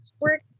work